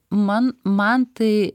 man man tai